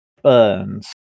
burns